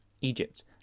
Egypt